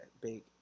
big